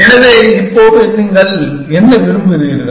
எனவே இப்போது நீங்கள் என்ன விரும்புகிறீர்கள்